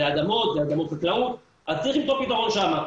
זה אדמות חקלאות, אז צריך למצוא פתרון שם.